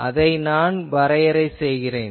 அதை நான் வரையறை செய்வேன்